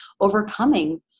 overcoming